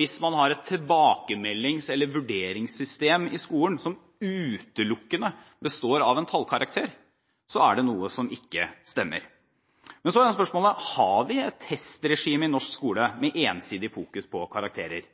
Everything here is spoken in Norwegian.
Hvis man har et tilbakemeldings- eller vurderingssystem i skolen som utelukkende består av en tallkarakter, er det noe som ikke stemmer. Men så er spørsmålet: Har vi et testregime i norsk skole med ensidig fokus på karakterer,